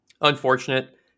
Unfortunate